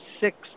six